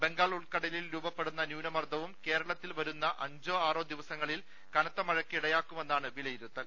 ബംഗാൾ ഉൾക്ക ടലിൽ രൂപപ്പെടുന്ന ന്യൂനമർദ്ദവും കേർളത്തിൽ വരുന്ന അഞ്ചോ ആറോ ദിവസങ്ങളിൽ കനത്തമഴയ്ക്ക് ഇടയാക്കുമെന്നാണ് വില യിരുത്തൽ